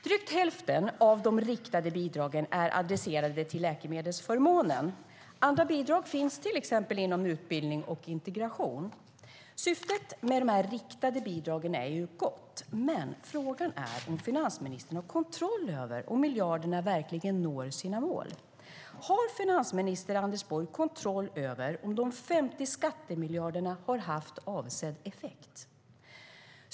Drygt hälften av de riktade bidragen är adresserade till läkemedelsförmånen. Andra bidrag finns till exempel inom utbildning och integration. Syftet med de riktade bidragen är gott, men frågan är om finansministern har kontroll över att miljarderna verkligen når sina mål. Har finansminister Anders Borg kontroll över att de 50 skattemiljarderna har haft avsedd effekt?